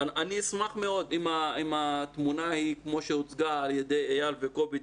אני אשמח מאוד אם התמונה כמו שהוצגה על ידי איל וקובי,